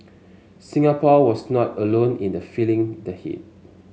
Singapore was not alone in the feeling the heat